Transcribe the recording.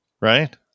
right